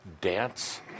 dance